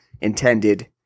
intended